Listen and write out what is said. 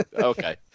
Okay